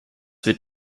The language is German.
wird